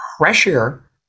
pressure